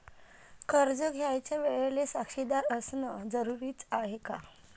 कर्ज घ्यायच्या वेळेले साक्षीदार असनं जरुरीच हाय का?